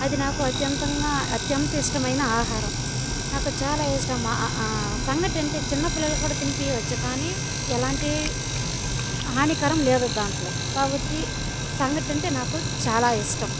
అది నాకు అత్యంతంగా అత్యంత ఇష్టమైన ఆహారం నాకు చాలా ఇష్టం సంగటంటే చిన్న పిల్లలు కూడా తినిపివచ్చు కానీ ఎలాంటి హానికరం లేదు దాంట్లో కాబట్టి సంగటంటే నాకు చాలా ఇష్టం